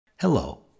Hello